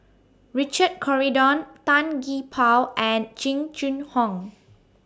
Richard Corridon Tan Gee Paw and Jing Jun Hong